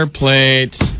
plates